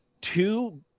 two